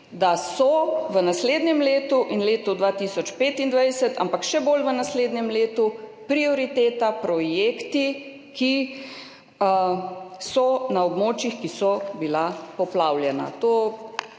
da so v naslednjem letu in letu 2025, ampak še bolj v naslednjem letu prioriteta projekti, ki so na območjih, ki so bila poplavljena.